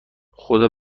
خدا